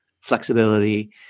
Flexibility